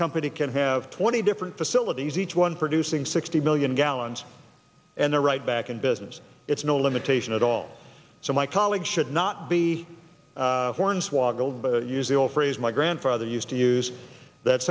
company can have twenty different facilities each one producing sixty million gallons and they're right back in business it's no limitation at all so my colleagues should not be hornswoggled but use the old phrase my grandfather used to use that